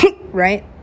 right